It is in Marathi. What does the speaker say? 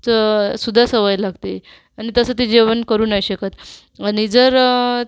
चं सुद्धा सवय लागते आणि तसं ते जेवण करू नाही शकत आणि जर